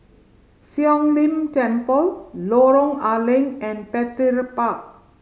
Siong Lim Temple Lorong A Leng and Petir Park